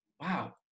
wow